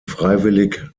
freiwillig